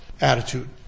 attitude